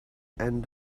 end